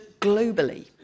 globally